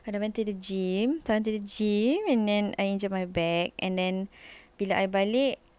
I went to the gym to the gym and then I injured my back and then bila I balik